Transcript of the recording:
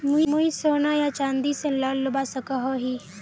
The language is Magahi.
मुई सोना या चाँदी से लोन लुबा सकोहो ही?